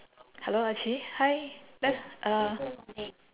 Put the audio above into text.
hello ah qi hi let's uh